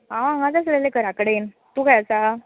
हांव हांगाच आसललें घरा कडेन तूं खंय आसा